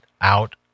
out